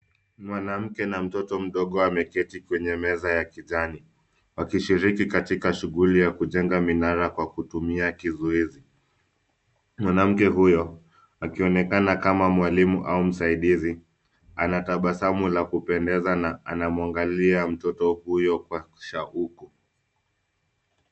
Mwanamke na mtoto mdogo wameketi kwenye meza ya kijani wakishirika katika shuhulli ya kujenga minara kutumia kizuizi. Mwanamke huyo akionekana kama mwalimu au msaidizi anatabasamu la kupendeza na anamwangalia mtoto huo kwa shauku.